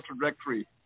trajectory